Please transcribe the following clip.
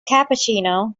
cappuccino